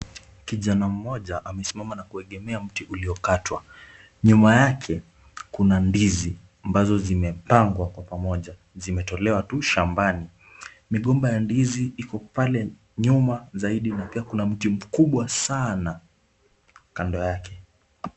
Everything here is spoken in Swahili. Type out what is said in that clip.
Kijana mmoja amesimama na kuegemea mti uliokatwa. Nyuma yake kuna ndizi ambazo zimepangwa kwa pamoja. Zimetolewa tu shambani. Migomba ya ndizi iko pale nyuma zaidi na pia kuna mti mkubwa sana kando yake.